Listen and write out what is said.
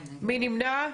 2 נמנעים,